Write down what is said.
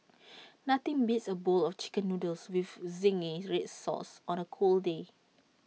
nothing beats A bowl of Chicken Noodles with Zingy Red Sauce on A cold day